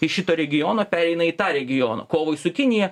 į šitą regioną pereina į tą regioną kovai su kinija